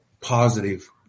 positive